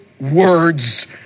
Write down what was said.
words